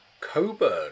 Coburn